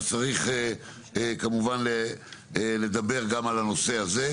אז צריך כמובן לדבר גם על הנושא הזה,